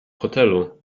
hotelu